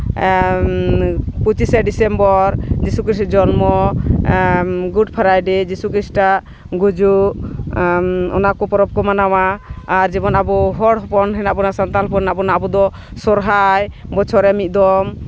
ᱯᱚᱸᱪᱤᱥᱟᱭ December ᱡᱤᱥᱩ ᱠᱷᱨᱤᱥᱴᱮᱨ ᱡᱚᱱᱢᱚ ᱜᱩᱰ ᱯᱷᱨᱟᱭᱰᱮ ᱡᱤᱥᱩ ᱠᱷᱨᱤᱥᱴᱚ ᱟᱜ ᱜᱩᱡᱩᱜ ᱚᱱᱟ ᱠᱚ ᱯᱚᱨᱚᱵᱽ ᱠᱚ ᱢᱟᱱᱟᱣᱟ ᱟᱨ ᱡᱮᱢᱚᱱ ᱟᱵᱚ ᱦᱚᱲ ᱦᱚᱯᱚᱱ ᱢᱮᱱᱟᱜ ᱵᱚᱱᱟ ᱥᱟᱱᱛᱟᱲ ᱦᱚᱯᱚᱱ ᱢᱮᱱᱟᱜ ᱵᱚᱱᱟ ᱟᱵᱚ ᱫᱚ ᱥᱚᱦᱨᱟᱭ ᱵᱚᱪᱷᱚᱨ ᱨᱮ ᱢᱤᱫ ᱫᱚᱢ